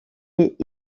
est